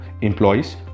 employees